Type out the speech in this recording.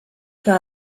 que